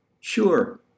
Sure